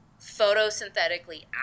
photosynthetically